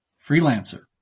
Freelancer